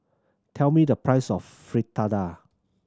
tell me the price of Fritada